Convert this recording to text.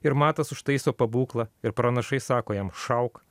ir matas užtaiso pabūklą ir pranašai sako jam šauk